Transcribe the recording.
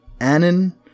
Anon